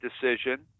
decision